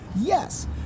Yes